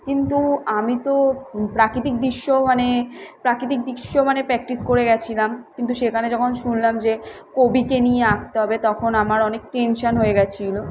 কিন্তু আমি তো প্রাকৃতিক দৃশ্য মানে প্রাকৃতিক দৃশ্য মানে প্র্যাক্টিস করে গিয়েছিলাম কিন্তু সেখানে যখন শুনলাম যে কবিকে নিয়ে আঁকতে হবে তখন আমার অনেক টেনশান হয়ে গ্য়াছিল